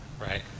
Right